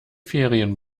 ferien